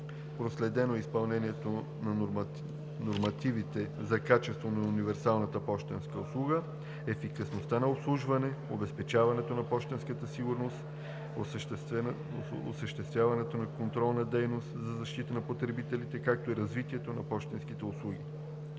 Проследено е изпълнението на нормативите за качество на универсалната пощенска услуга (УПУ), ефикасността на обслужване, обезпечаването на пощенската сигурност, осъществената контролна дейност за защита на потребителите, както и развитието на пощенските услуги.